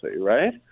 Right